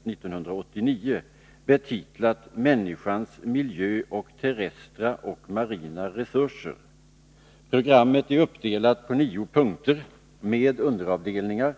1984-1989, betitlat Människans miljö och terrestra och marina resurser. Programmet är uppdelat på nio punkter med underavdelningar.